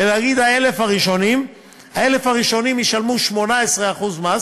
ולהגיד: 1,000 הראשונים ישלמו 18% מס